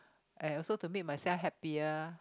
and also to make myself happier